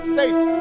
States